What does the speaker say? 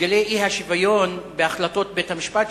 מתגלה האי-שוויון בהחלטות בית-המשפט,